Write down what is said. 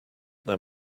there